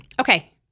Okay